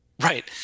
Right